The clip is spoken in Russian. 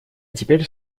теперь